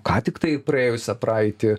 ką tiktai praėjusią praeitį